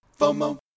FOMO